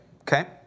okay